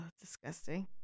disgusting